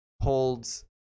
holds